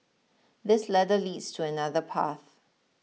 this ladder leads to another path